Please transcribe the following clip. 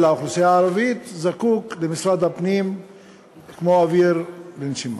האוכלוסייה הערבית זקוק למשרד הפנים כמו לאוויר לנשימה,